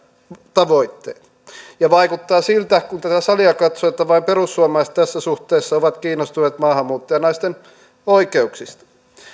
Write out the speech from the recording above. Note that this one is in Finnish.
tavoitteet ja vaikuttaa siltä kun tätä salia katsoo että vain perussuomalaiset tässä suhteessa ovat kiinnostuneet maahanmuuttajanaisten oikeuksista